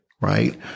right